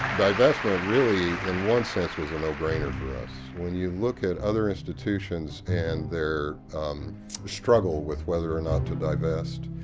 really in one sense was a no brainer for us. when you look at other institutions and their struggle with whether or not to divest,